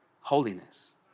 holiness